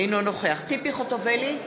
אינו נוכח ציפי חוטובלי,